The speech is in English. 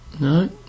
no